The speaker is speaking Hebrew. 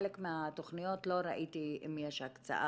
בחלק מהתכניות לא ראיתי אם יש הקצאה.